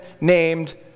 named